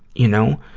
you know.